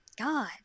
God